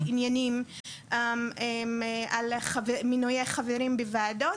עניינים על מינויי חברים בוועדות,